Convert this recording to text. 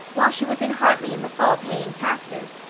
while she was in hartley in the fall paying taxes,